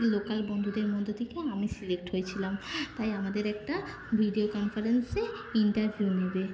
local বন্ধুদের মধ্য থেকে আমি সিলেক্ট হয়েছিলাম তাই আমাদের একটা ভিডিও কনফারেন্সে ইন্টারভিউ নেবে